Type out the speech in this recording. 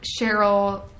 Cheryl